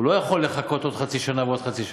אינו יכול לחכות עוד חצי שנה ועוד חצי שנה.